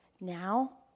Now